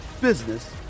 business